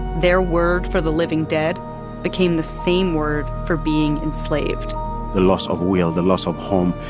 their word for the living dead became the same word for being enslaved the loss of will, the loss of home,